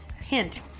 hint